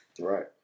Right